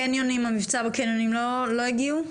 המבצע בקניונים, לא הגיעו?